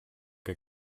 que